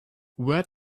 where